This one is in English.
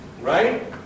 right